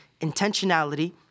intentionality